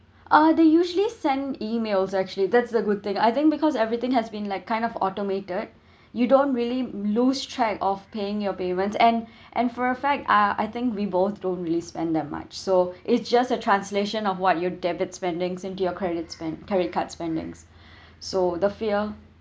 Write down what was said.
uh they usually sent emails actually that's a good thing I think because everything has been like kind of automated you don't really lose track of paying your payment and and for a fact uh I think we both don't really spend that much so it's just a translation of what your debit spending into your credit spent credit card spending so the fear